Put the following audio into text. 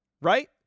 right